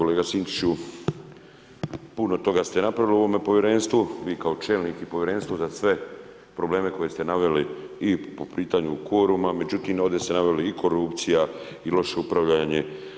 Kolega Sinčiću, puno toga ste napravili u ovome povjerenstvu, vi kao čelnik i povjerenstvo za sve probleme koje ste naveli i po pitanju kvoruma, međutim ovdje ste naveli i korupcija i loše upravljanje.